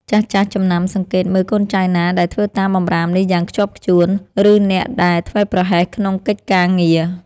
ចាស់ៗចំណាំសង្កេតមើលកូនចៅណាដែលធ្វើតាមបម្រាមនេះយ៉ាងខ្ជាប់ខ្ជួន ឬអ្នកដែលធ្វេសប្រហែសក្នុងកិច្ចការងារ។